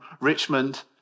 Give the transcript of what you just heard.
Richmond